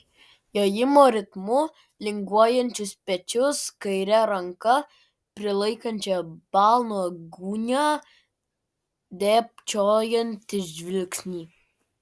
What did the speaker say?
jojimo ritmu linguojančius pečius kairę ranką prilaikančią balno gūnią dėbčiojantį žvilgsnį